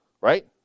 right